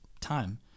time